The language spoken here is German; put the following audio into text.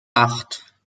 acht